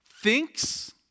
thinks